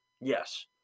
Yes